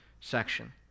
section